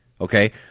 Okay